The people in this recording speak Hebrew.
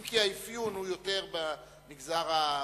אם כי האפיון הוא יותר במגזר הערבי.